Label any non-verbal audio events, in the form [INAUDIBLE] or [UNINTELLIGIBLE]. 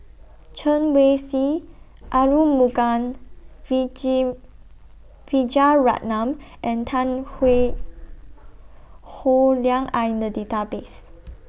Chen Wen Hsi Arumugam [UNINTELLIGIBLE] Vijiaratnam and Tan [UNINTELLIGIBLE] Howe Liang Are in The Database